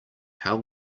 how